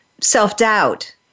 self-doubt